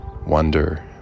Wonder